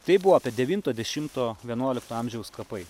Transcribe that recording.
tai buvo apie devinto dešimto vienuolikto amžiaus kapai